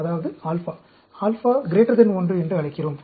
இதை நாம் α α 1 என்று அழைக்கிறோம்